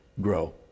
grow